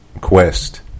quest